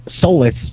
solace